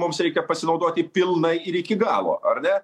mums reikia pasinaudoti pilnai ir iki galo ar ne